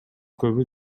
көбү